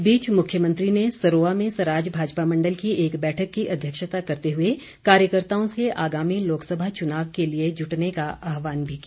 इस बीच मुख्यमंत्री ने सरोआ में सराज भाजपा मंडल की एक बैठक की अध्यक्षता करते हुए कार्यकर्त्ताओं से आगामी लोकसभा चुनाव के लिए जुटने का आहवान भी किया